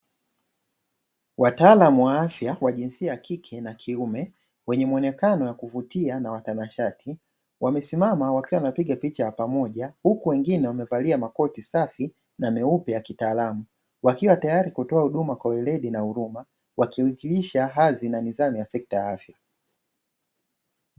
Wataalamu wa afya wa jinsia ya kike na kiume wenye muonekano wa kuvutia na watanashati, wamesimama wakiwa wanapiga picha ya pamoja huku wengine wamevalia makoti safi, na meupe ya kitaalamu wakiwa tayari kutoa huduma kwa weledi na huruma, wakiwakilisha kazi na nidhamu ya sekta ya afya.